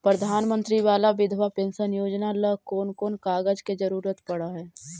प्रधानमंत्री बाला बिधवा पेंसन योजना ल कोन कोन कागज के जरुरत पड़ है?